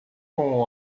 com